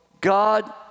God